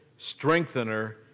Strengthener